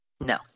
No